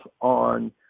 on